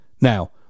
Now